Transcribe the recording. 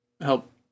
help